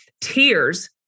tears